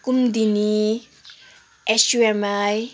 Kumudini SUMI